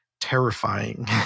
terrifying